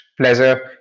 pleasure